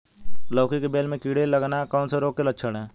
लौकी की बेल में कीड़े लगना कौन से रोग के लक्षण हैं?